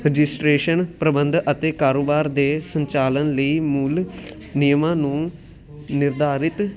registration ਪ੍ਰਬੰਧ ਅਤੇ ਕਾਰੋਬਾਰ ਦੇ ਸੰਚਾਲਨ ਲਈ ਮੂਲ ਨਿਯਮਾਂ ਨੂੰ ਨਿਰਧਾਰਿਤ ਕਰਦਾ